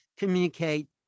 communicate